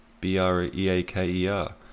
B-R-E-A-K-E-R